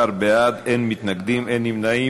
19 בעד, אין מתנגדים, אין נמנעים.